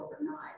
overnight